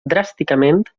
dràsticament